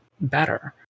better